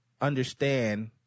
understand